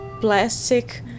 plastic